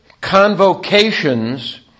convocations